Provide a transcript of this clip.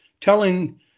telling